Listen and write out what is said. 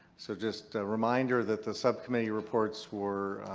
so, just a reminder that the subcommittee reports were